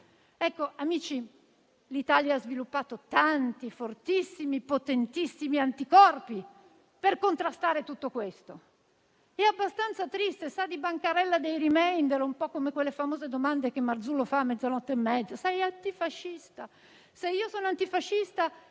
Amici, l'Italia ha sviluppato tanti, fortissimi e potentissimi anticorpi per contrastare tutto questo. È abbastanza triste e sa di bancarella dei *remainder*. Un po' come le famose domande che Marzullo fa a mezzanotte e mezza: sei antifascista? Se io sono antifascista